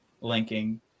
linking